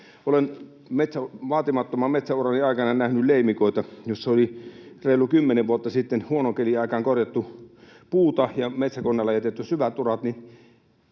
Olen vaatimattoman metsäurani aikana nähnyt leimikoita, joissa oli reilu kymmenen vuotta sitten huonon kelin aikaan korjattu puuta ja metsäkoneella jätetty syvät urat,